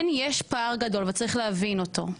כן, יש פער גדול וצריך להבין אותו,